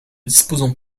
disposons